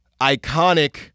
iconic